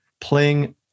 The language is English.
playing